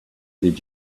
did